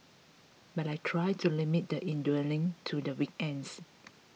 but I try to limit the indulging to the weekends